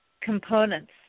components